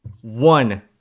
one